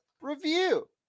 review